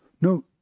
No